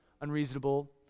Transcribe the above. unreasonable